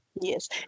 Yes